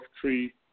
Tree